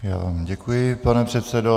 Já vám děkuji, pane předsedo.